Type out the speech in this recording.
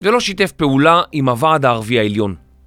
ולא שיתף פעולה, עם הועד הערבי העליון.